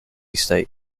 state